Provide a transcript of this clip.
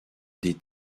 des